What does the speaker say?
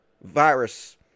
virus